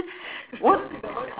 what